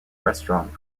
restaurant